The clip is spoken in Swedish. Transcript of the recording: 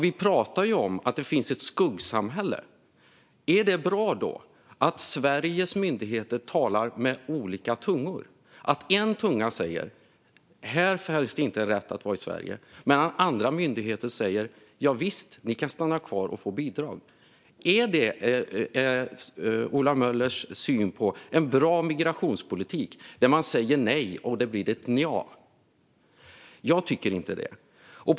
Vi pratar ju om att det finns ett skuggsamhälle. Är det då bra att Sveriges myndigheter talar med olika tungor? En tunga säger att personer inte har rätt att vara i Sverige, medan andra myndigheter säger: "Javisst, ni kan stanna kvar och få bidrag!" Anser Ola Möller att detta - att man säger nej och det blir ett nja - är en bra migrationspolitik? Jag tycker inte att det är det.